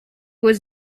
was